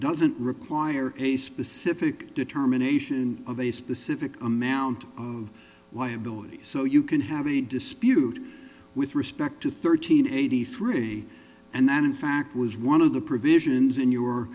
doesn't require a specific determination of a specific amount of liability so you you can have a dispute with respect to thirteen eighty three and that in fact was one of the provisions in your